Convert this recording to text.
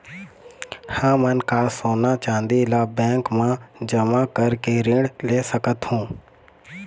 हमन का सोना चांदी ला बैंक मा जमा करके ऋण ले सकहूं?